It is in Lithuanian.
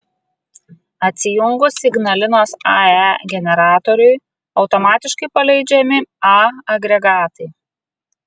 atsijungus ignalinos ae generatoriui automatiškai paleidžiami a agregatai